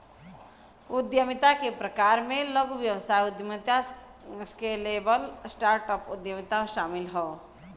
उद्यमिता के प्रकार में लघु व्यवसाय उद्यमिता, स्केलेबल स्टार्टअप उद्यमिता शामिल हौ